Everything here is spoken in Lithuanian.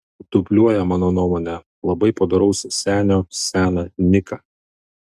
dubliuoja mano nuomone labai padoraus senio seną niką